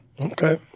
Okay